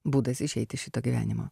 būdas išeit iš šito gyvenimo